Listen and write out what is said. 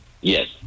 Yes